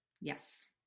Yes